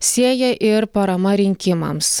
sieja ir parama rinkimams